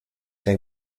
they